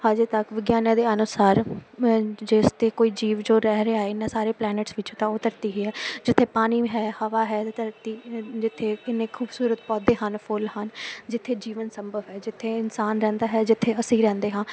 ਹਜੇ ਤੱਕ ਵਿਗਿਆਨੀਆਂ ਦੇ ਅਨੁਸਾਰ ਮੈਂ ਜਿਸ 'ਤੇ ਕੋਈ ਜੀਵ ਜੋ ਰਹਿ ਰਿਹਾ ਇਹਨਾਂ ਸਾਰੇ ਪਲੈਨਟਸ ਵਿੱਚ ਤਾਂ ਉਹ ਧਰਤੀ ਹੀ ਹੈ ਜਿੱਥੇ ਪਾਣੀ ਵੀ ਹੈ ਹਵਾ ਹੈ ਧਰਤੀ ਜਿੱਥੇ ਕਿੰਨੇ ਖੂਬਸੂਰਤ ਪੌਦੇ ਹਨ ਫੁੱਲ ਹਨ ਜਿੱਥੇ ਜੀਵਨ ਸੰਭਵ ਹੈ ਜਿੱਥੇ ਇਨਸਾਨ ਰਹਿੰਦਾ ਹੈ ਜਿੱਥੇ ਅਸੀਂ ਰਹਿੰਦੇ ਹਾਂ